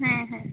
ᱦᱮᱸ ᱦᱮᱸ